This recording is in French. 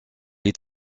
est